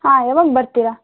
ಹಾಂ ಯಾವಾಗ ಬರ್ತೀರಾ